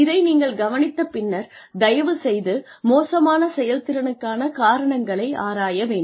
இதை நீங்கள் கவனித்த பின்னர் தயவுசெய்து மோசமான செயல் திறனுக்கான காரணங்களை ஆராய வேண்டும்